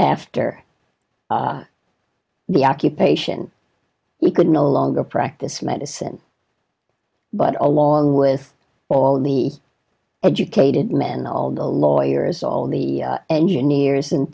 after the occupation we could no longer practice medicine but along with all the educated men all the lawyers all the engineers and